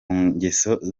ngeso